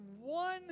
one